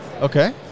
Okay